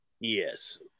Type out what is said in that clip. Yes